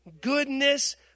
goodness